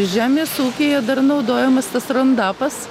žemės ūkyje dar naudojamas tas raundapas